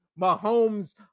Mahomes